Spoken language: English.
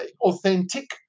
authentic